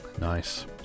nice